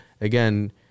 again